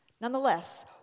Nonetheless